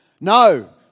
No